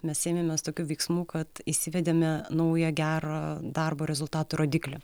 mes ėmėmės tokių veiksmų kad įsivedėme naują gero darbo rezultatų rodiklį